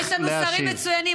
יש לנו שרים מצוינים.